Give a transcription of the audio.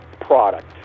product